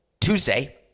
Tuesday